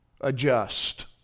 adjust